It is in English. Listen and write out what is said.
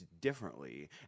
differently